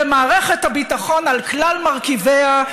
במערכת הביטחון על כלל מרכיביה,